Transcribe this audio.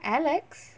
alex